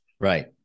Right